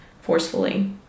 forcefully